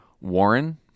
Warren